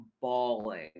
bawling